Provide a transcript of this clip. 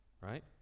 right